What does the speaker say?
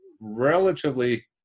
relatively